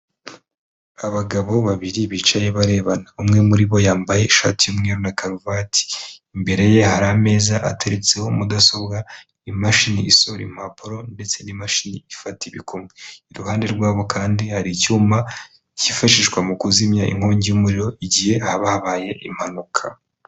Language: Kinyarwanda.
Abagabo babiri bicaye barebana, umwe muri bo yambaye ishati y'umweru na karuvati. Imbere ye hari ameza ateretseho mudasobwa, imashini isohora impapuro, ndetse n'imashini ifata ibikumwe. Iruhande rwabo kandi hari icyuma cyifashishwa mu kuzimya inkongi y'umuriro igihe haba habaye impanuka.